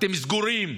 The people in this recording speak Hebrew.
אתם סגורים,